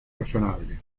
razonable